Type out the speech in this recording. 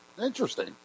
Interesting